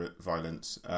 violence